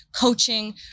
coaching